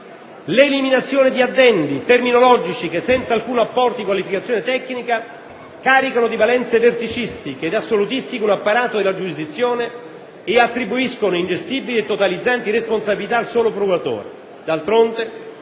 l'eliminazione di addendi terminologici che, senza alcun apporto di qualificazione tecnica, caricano di valenze verticistiche ed assolutistiche un apparato della giurisdizione e attribuiscono ingestibili e totalizzanti responsabilità al solo procuratore. D'altronde,